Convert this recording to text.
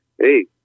hey